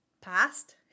past